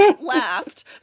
laughed